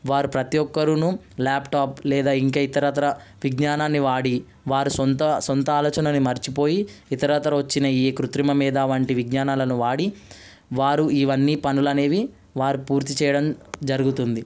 వారి ప్రతి ఒక్కరును ల్యాప్టాప్ లేదా ఇంకా ఇతరత్ర విజ్ఞానాన్ని వాడి వారి సొంత సొంత ఆలోచనను మర్చిపోయి ఇతరత్ర వచ్చిన ఈ కృత్రిమ మీద వంటి విజ్ఞానాలను వాడి వారు ఇవన్నీ పనులు అనేవి వారు పూర్తి చేయడం జరుగుతుంది